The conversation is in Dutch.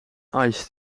ice